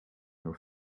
your